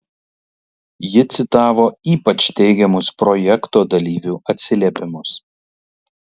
ji citavo ypač teigiamus projekto dalyvių atsiliepimus